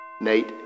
Nate